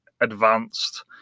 advanced